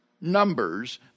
numbers